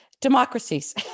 democracies